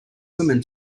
women